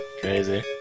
crazy